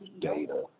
data